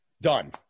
Done